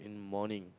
morning